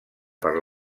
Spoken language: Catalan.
per